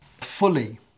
fully